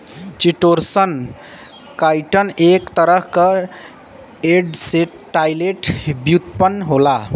chitosan, chitin क एक तरह क डीएसेटाइलेटेड व्युत्पन्न होला